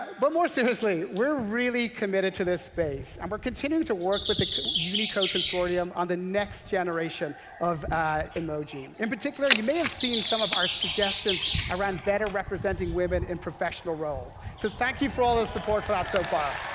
but more seriously, we're really committed to this space and we're continuing to work with the unicode consortium on the next generation of emoji. in particular, you may have seen some of our suggestions around better representing women in professional roles, so thank you for all the support for that um so far.